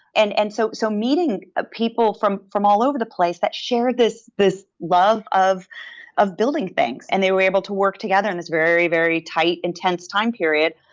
and and so so meeting a people from from all over the place that shared this this love of of building things and they were able to work together in this very very tight, intense time period,